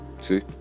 see